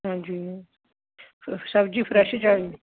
ਹਾਂਜੀ ਸਬਜ਼ੀ ਫਰੈਸ਼ ਚਾਹੀਦੀ